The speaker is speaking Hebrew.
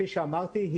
כפי שאמרתי,